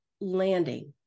landing